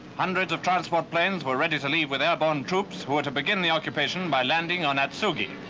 hundreds of transport planes were ready to leave with airborne troops, who were to begin the occupation by landing on natsuki.